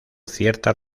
cierta